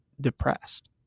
depressed